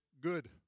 good